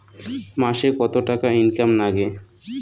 মাসে কত টাকা ইনকাম নাগে?